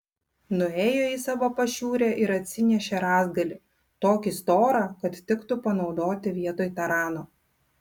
nuėjo į savo pašiūrę ir atsinešė rąstgalį tokį storą kad tiktų panaudoti vietoj tarano